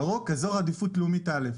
ירוק זה אזור עדיפות לאומית א'.